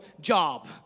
job